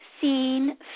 Seen